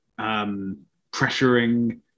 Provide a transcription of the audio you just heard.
pressuring